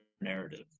narrative